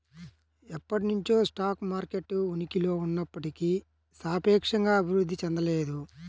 ఎప్పటినుంచో stock market ఉనికిలో ఉన్నప్పటికీ సాపేక్షంగా అభివృద్ధి చెందలేదు